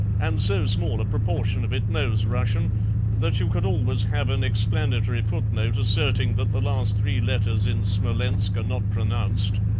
and so small a proportion of it knows russian that you could always have an explanatory footnote asserting that the last three letters in smolensk are not pronounced.